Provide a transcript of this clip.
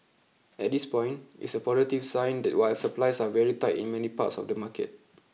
at this point it's a positive sign while supplies are very tight in many parts of the market